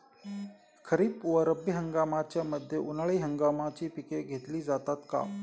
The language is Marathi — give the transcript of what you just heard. खरीप व रब्बी हंगामाच्या मध्ये उन्हाळी हंगामाची पिके घेतली जातात का?